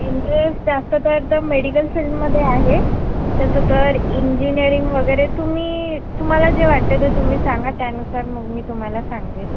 interest जास्त तर तर मेडिकल फील्डमध्ये आहे तसं तर इंजिनिअरिंग वगैरे तुम्ही तुम्हाला जे वाटतं ते तुम्ही सांगा त्यानुसार मग मी तुम्हाला सांगेन